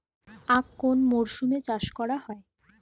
আখ কোন মরশুমে চাষ করা হয়?